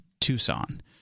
Tucson